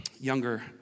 younger